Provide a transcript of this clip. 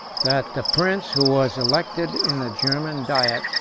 that the prince, who was elected in the german diet,